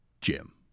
Jim